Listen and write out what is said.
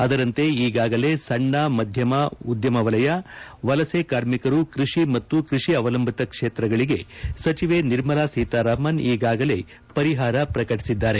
ಅದರಂತೆ ಈಗಾಗಲೇ ಸಣ್ಣ ಮಧ್ಯಮ ಉದ್ಯಮ ವಲಯ ವಲಸೆ ಕಾರ್ಮಿಕರು ಕೃಷಿ ಮತ್ತು ಕೃಷಿ ಅವಲಂಬಿತ ಕ್ಷೇತ್ರಗಳಿಗೆ ಸಚಿವೆ ನಿರ್ಮಲಾ ಸೀತಾರಾಮನ್ ಈಗಾಗಲೇ ಪರಿಹಾರ ಪ್ರಕಟಿಸಿದ್ದಾರೆ